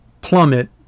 plummet